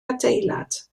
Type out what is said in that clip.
adeilad